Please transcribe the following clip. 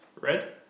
Red